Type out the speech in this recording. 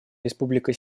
республика